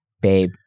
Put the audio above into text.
babe